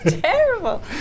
terrible